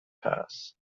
pass